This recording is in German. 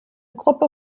gruppe